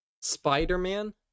Spider-Man